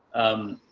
um,